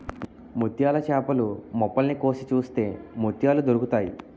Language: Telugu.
ముత్యాల చేపలు మొప్పల్ని కోసి చూస్తే ముత్యాలు దొరుకుతాయి